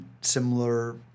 similar